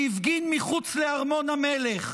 שהפגין מחוץ לארמון המלך,